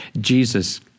Jesus